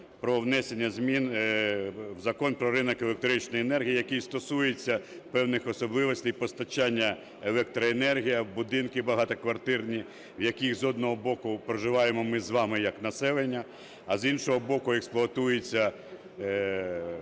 про внесення змін Закон "Про ринок електричної енергії", який стосується певних особливостей постачання електроенергії в будинки багатоквартирні, в яких, з одного боку, проживаємо ми з вами як населення, а, з іншого боку, експлуатується